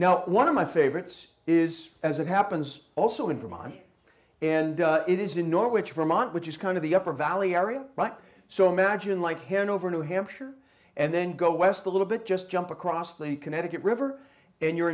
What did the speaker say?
now one of my favorites is as it happens also in vermont and it is in norwich from mont which is kind of the upper valley area right so magine like hanover new hampshire and then go west a little bit just jump across the connecticut river and you're